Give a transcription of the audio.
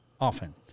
often